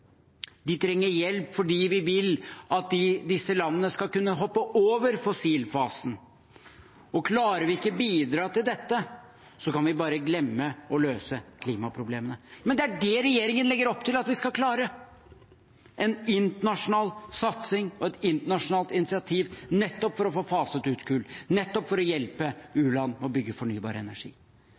De trenger hjelp fordi vi vil at disse landene skal kunne hoppe over fossilfasen. Klarer vi ikke å bidra til dette, kan vi bare glemme å løse klimaproblemene. Men det er det regjeringen legger opp til at vi skal klare – en internasjonal satsing og et internasjonalt initiativ for nettopp å få faset ut kull og for nettopp å hjelpe u-land med å bygge fornybar energi.